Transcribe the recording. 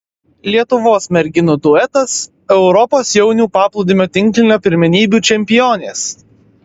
lietuvos merginų duetas europos jaunių paplūdimio tinklinio pirmenybių čempionės